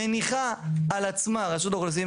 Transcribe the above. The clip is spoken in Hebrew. מניחה על עצמה רשות האכיפה,